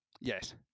Yes